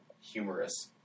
humorous